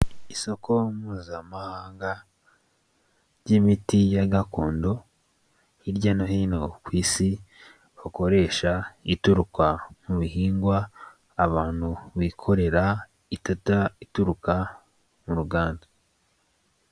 Isoko mpuzamahanga ry'imiti ya gakondo hirya no hino ku isi hakoresha itukwa mu bihingwa abantu bikorera itata ituruka mu ruganda.